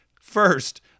first